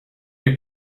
est